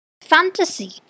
Fantasy